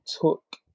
took